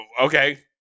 Okay